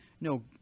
no